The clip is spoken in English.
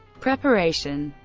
preparation